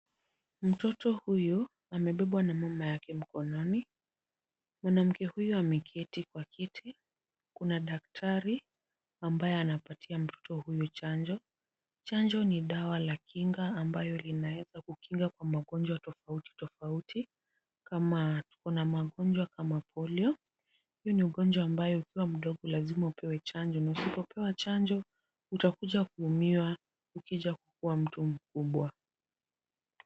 Mtoto huyu amebebwa na mama yake mkononi, mwanamke huyu ameketi Kwa kiti Kuna daktari ambaye anapatia mtoto huyu chanjo, chanjo ni dawa la kinga ambayo linaweza kukinga Kwa magonjwa tafauti tafauti kama Kuna magonjwa kama polio ni ugonjwa ambayo ukiwa mdogo lasima upewe chanjo na usipopewa Chanjo utakuja kuumia ukija kukuwa mtu mkubwa .